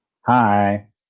Hi